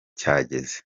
cyageze